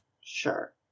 Sure